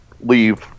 leave